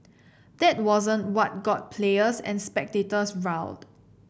that wasn't what got players and spectators riled